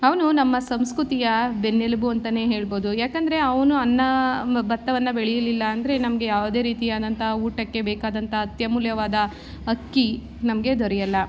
ಅವನು ನಮ್ಮ ಸಂಸ್ಕೃತಿಯ ಬೆನ್ನೆಲುಬು ಅಂತೆಯೇ ಹೇಳಬೋದು ಯಾಕೆಂದ್ರೆ ಅವನು ಅನ್ನ ಭತ್ತವನ್ನು ಬೆಳೆಯಲಿಲ್ಲ ಅಂದರೆ ನಮಗೆ ಯಾವುದೇ ರೀತಿ ಆದಂಥ ಊಟಕ್ಕೆ ಬೇಕಾದಂಥ ಅತ್ಯಮೂಲ್ಯವಾದ ಅಕ್ಕಿ ನಮಗೆ ದೊರೆಯಲ್ಲ